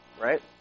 right